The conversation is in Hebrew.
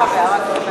סתם, הערה קטנה.